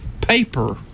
paper